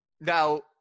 Now